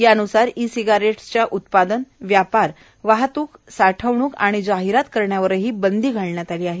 याबुसार e सिगारेट्सप्या उत्पादन व्यापाट वाहतूक साठवणूक आणि जाहियत करण्यावरही बंदी घालण्यात आली आहे